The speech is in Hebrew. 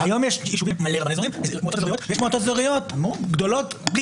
היום יש מועצות אזוריות שיש בהן המון רבני אזורים,